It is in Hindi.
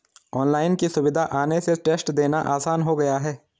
ऑनलाइन की सुविधा आने से टेस्ट देना आसान हो गया है